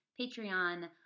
Patreon